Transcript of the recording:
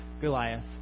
Goliath